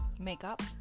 Makeup